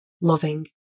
loving